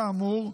כאמור,